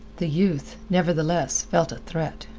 the youth, nevertheless, felt a threat.